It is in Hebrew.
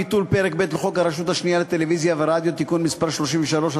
ביטול פרק ב' לחוק הרשות השנייה לטלוויזיה ורדיו (תיקון מס' 33),